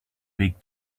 big